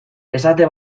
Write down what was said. esate